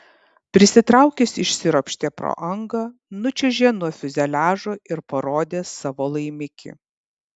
prisitraukęs išsiropštė pro angą nučiuožė nuo fiuzeliažo ir parodė savo laimikį